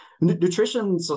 Nutrition